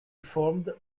formed